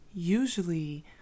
Usually